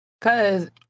Cause